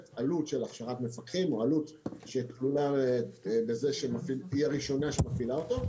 עלות של הכשרת מפקחים או עלות שכלולה בזה שהיא הראשונה שמפעילה אותו.